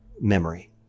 memory